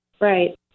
Right